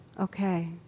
okay